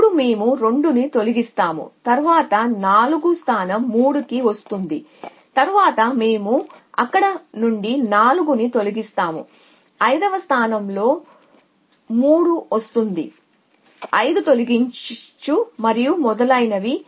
అప్పుడు మేము 2 ని తొలగిస్తాము తరువాత 4 స్థానం 3 కి వస్తుంది తరువాత మేము అక్కడ నుండి 4 ని తొలగిస్తాము 5 స్థానం 3 లో వస్తుంది 5 తొలగించు మరియు మొదలైనవి